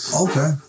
Okay